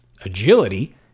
Agility